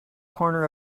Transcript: corner